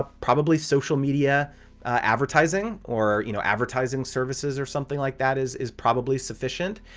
ah probably social media advertising or you know advertising services or something like that is is probably sufficient.